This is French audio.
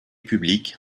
publique